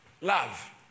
love